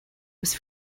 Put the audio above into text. was